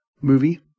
movie